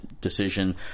decision